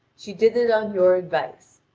she did it on your advice.